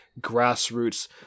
grassroots